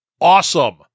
awesome